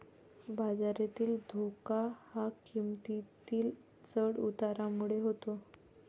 बाजारातील धोका हा किंमतीतील चढ उतारामुळे होतो